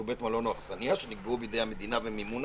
בית מלון או אכסניה שנקבעו בידי המדינה ובמימונה.